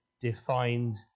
defined